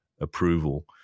approval